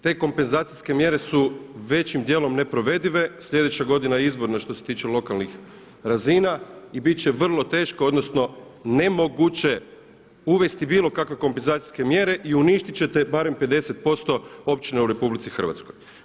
Te kompenzacijske mjere su većim djelom neprovedive, sljedeća godina je izborna što se tiče lokalnih razina i biti će vrlo teško, odnosno nemoguće uvesti bilo kakve kompenzacijske mjere i uništiti ćete barem 50% općina u Republici Hrvatskoj.